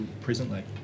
presently